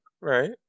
Right